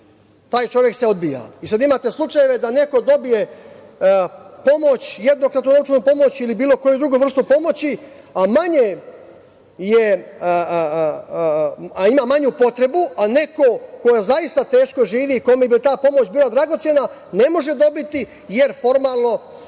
taj čovek se odbija. Sad imate slučajeve da neko dobije pomoć, jednokratnu novčanu pomoć ili bilo koju drugu vrstu pomoći, a ima manju potrebu, a neko ko zaista teško živi, kome bi ta pomoć bila dragocena, ne može dobiti jer formalno